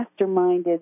masterminded